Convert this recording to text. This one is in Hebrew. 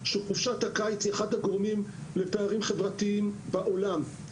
שחופשת הקיץ היא אחד הגורמים לפערים חברתיים בעולם.